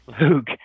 Luke